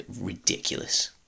ridiculous